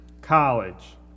college